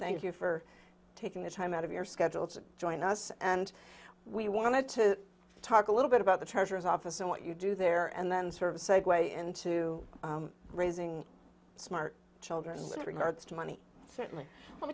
thank you for taking the time out of your schedule to join us and we wanted to talk a little bit about the treasurer's office and what you do there and then sort of segue into raising smart children and regards to money certainly